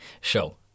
show